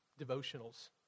devotionals